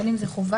אם זה שירות,